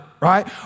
Right